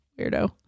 weirdo